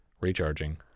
Recharging